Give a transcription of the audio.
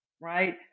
right